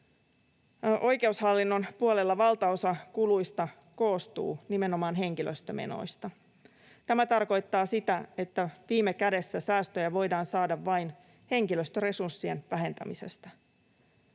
Oikeushallinnon puolella valtaosa kuluista koostuu nimenomaan henkilöstömenoista. Tämä tarkoittaa sitä, että viime kädessä säästöjä voidaan saada vain henkilöstöresurssien vähentämisestä.